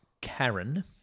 Karen